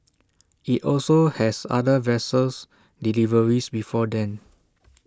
IT also has other vessels deliveries before then